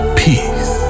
peace